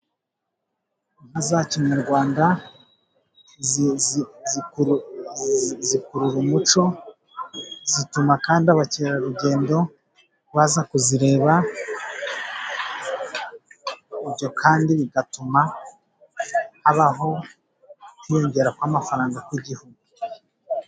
Inka za kinyarwanda zikurura umuco, zituma kandi abakerarugendo baza kuzireba. Ibyo kandi bigatuma habaho kwiyongera kw'amafaranga ku gihugu.